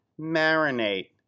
marinate